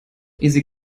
easy